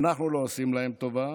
אנחנו לא עושים להם טובה.